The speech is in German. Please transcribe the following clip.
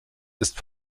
ist